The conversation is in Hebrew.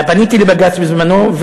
פניתי לבג"ץ בזמנו,